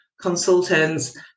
consultants